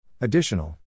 Additional